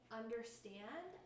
understand